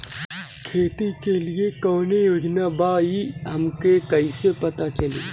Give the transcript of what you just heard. खेती के लिए कौने योजना बा ई हमके कईसे पता चली?